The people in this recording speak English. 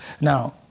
Now